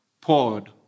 poured